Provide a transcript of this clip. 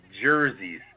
jerseys